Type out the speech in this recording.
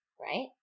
Right